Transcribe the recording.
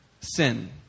sin